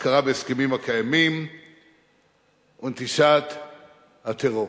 הכרה בהסכמים הקיימים ונטישת הטרור.